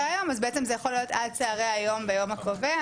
היום אז בעצם זה יכול להיות עד צוהרי היום ביום הקובע.